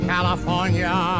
California